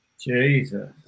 Jesus